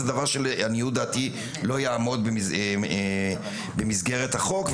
זה דבר שלעניות דעתי לא יעמוד במסגרת החוק,